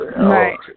Right